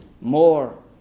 more